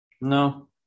No